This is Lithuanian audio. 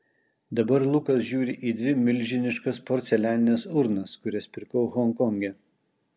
dabar lukas žiūri į dvi milžiniškas porcelianines urnas kurias pirkau honkonge